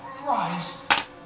Christ